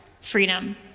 freedom